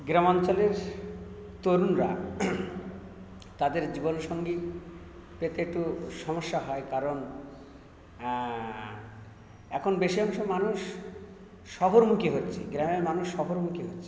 গ্রাম অঞ্চলের তরুণরা তাদের জীবন সঙ্গী পেতে একটু সমস্যা হয় কারণ এখন বেশি অংশ মানুষ শহরমুখী হচ্ছে গ্রামের মানুষ শহরমুখী হচ্ছে